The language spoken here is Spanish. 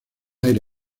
aire